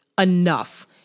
Enough